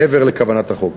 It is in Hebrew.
מעבר לכוונת החוק.